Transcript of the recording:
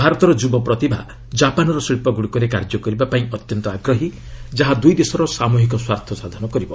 ଭାରତର ଯୁବ ପ୍ରତିଭା କାପାନ୍ର ଶିଳ୍ପଗୁଡ଼ିକରେ କାର୍ଯ୍ୟ କରିବାପାଇଁ ଅତ୍ୟନ୍ତ ଆଗ୍ରହୀ ଯାହା ଦୁଇ ଦେଶର ସାମ୍ରହିକ ସ୍ୱାର୍ଥ ସାଧନ କରିବ